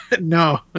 No